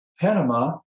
Panama